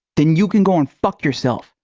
then you can go and fuck yourself.